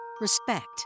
respect